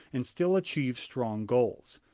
and still achieve strong goals?